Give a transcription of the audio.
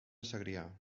segrià